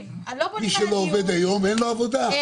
מי שלא עובד היום אין לו עבודה,